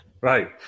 Right